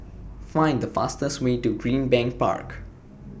Find The fastest Way to Greenbank Park